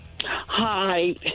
Hi